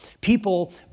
People